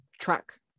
track